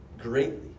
greatly